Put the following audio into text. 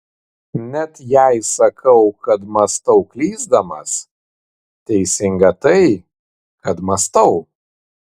net jei sakau kad mąstau klysdamas teisinga tai kad mąstau